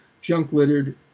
junk-littered